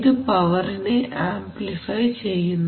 ഇത് പവറിനെ ആംപ്ലിഫൈ ചെയ്യുന്നു